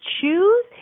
choose